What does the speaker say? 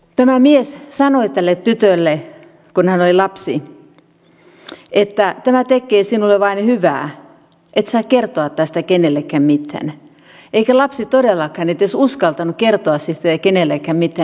tämä mies sanoi tälle tytölle kun hän oli lapsi että tämä tekee sinulle vain hyvää et saa kertoa tästä kenellekään mitään eikä lapsi todellakaan edes uskaltanut kertoa siitä kenellekään mitään